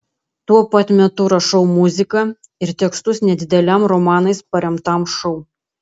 tuo pat metu rašau muziką ir tekstus nedideliam romanais paremtam šou